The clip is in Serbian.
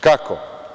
Kako?